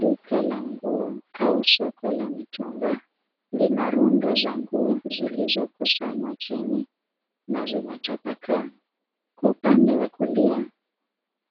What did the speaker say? Duka la nguo au soko la mitumba lina rundo za nguo zilizokusanywa chini na zimetapakaa. Kwa upande wa kulia,